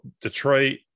Detroit